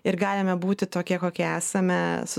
ir galime būti tokie kokie esame su